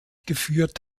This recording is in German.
geführt